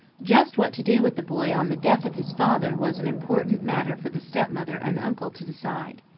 just what to do with the boy on the death of his father was an important matter for the step-mother and uncle to decide.